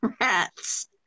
rats